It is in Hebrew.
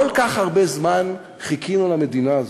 כל כך הרבה זמן חיכינו למדינה הזאת,